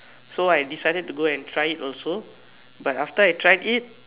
so I decided to go and try it also but after I tried it